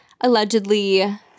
allegedly